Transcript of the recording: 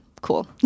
Cool